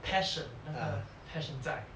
passion 那个 passion 在